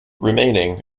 remaining